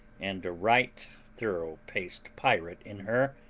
and a right thorough-paced pirate in her,